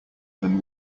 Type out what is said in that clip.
than